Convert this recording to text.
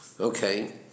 Okay